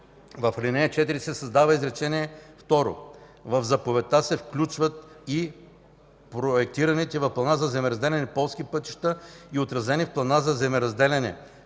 В ал. 4 се създава изречение второ: „В заповедта се включват и проектираните в плана за земеразделяне полски пътища и отразените в плана за земеразделяне,